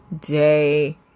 Day